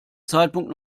zeitpunkt